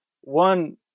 One